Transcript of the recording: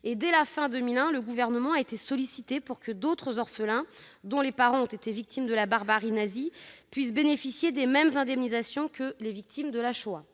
Dès la fin de 2001, le Gouvernement a été sollicité pour que d'autres orphelins de victimes de la barbarie nazie puissent bénéficier des mêmes indemnisations que les victimes de la Shoah.